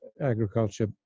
agriculture